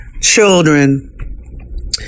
children